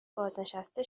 بازنشسته